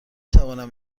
توانم